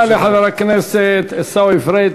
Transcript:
תודה לחבר הכנסת עיסאווי פריג',